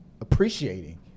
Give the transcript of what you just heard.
appreciating